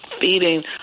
feeding